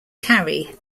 carry